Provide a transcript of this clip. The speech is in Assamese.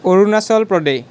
অৰুণাচল প্ৰদেশ